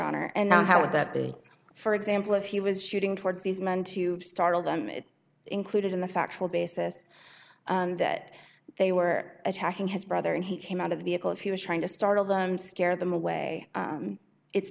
honor and now how would that be for example if he was shooting towards these men to startle them included in the factual basis that they were attacking his brother and he came out of the vehicle if he was trying to startle them scare them away it's